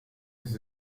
his